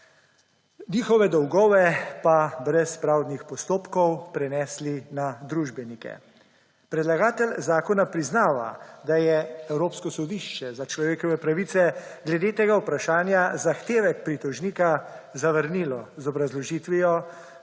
njihove dolgove pa brez pravdnih postopkov prenesli na družbenike. Predlagatelj zakona priznava, da je Evropsko sodišče za človekove pravice glede tega vprašanja zahtevek pritožnika zavrnilo z obrazložitvijo,